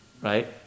right